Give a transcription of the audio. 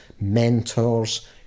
mentors